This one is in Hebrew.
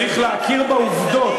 צריך להכיר בעובדות,